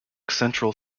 central